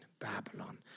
Babylon